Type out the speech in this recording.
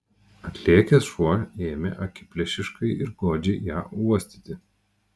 atlėkęs šuo ėmė akiplėšiškai ir godžiai ją uostyti